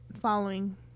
following